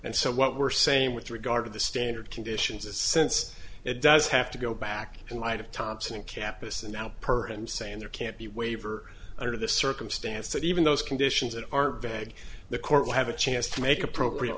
and so what we're saying with regard to the standard conditions is since it does have to go back in light of thompson capice and now per i'm saying there can't be waiver under the circumstances even those conditions that are veg the court will have a chance to make appropriate